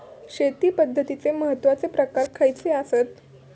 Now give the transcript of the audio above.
शेती पद्धतीचे महत्वाचे प्रकार खयचे आसत?